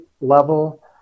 level